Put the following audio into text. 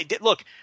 Look